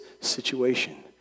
situation